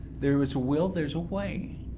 there is a will there is a way.